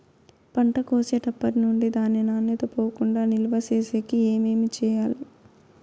పంట కోసేటప్పటినుండి దాని నాణ్యత పోకుండా నిలువ సేసేకి ఏమేమి చేయాలి?